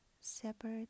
separate